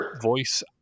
voice